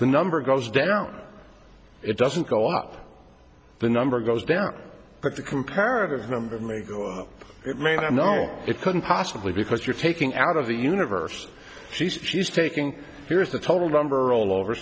the number goes down it doesn't go up the number goes down but the comparative number may go up it may not know it couldn't possibly because you're taking out of the universe she's taking here's the total number all over